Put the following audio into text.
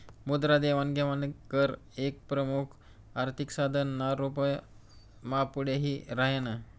मुद्रा देवाण घेवाण कर एक प्रमुख आर्थिक साधन ना रूप मा पुढे यी राह्यनं